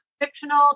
fictional